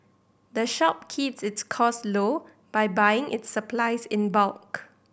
the shop keeps its costs low by buying its supplies in bulk